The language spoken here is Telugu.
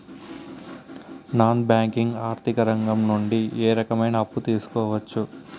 నాన్ బ్యాంకింగ్ ఆర్థిక రంగం నుండి ఏ రకమైన అప్పు తీసుకోవచ్చు?